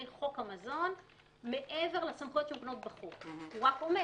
חוק המזון מעבר לסמכויות שמוקנות בחוק; הוא רק אומר: